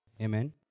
Amen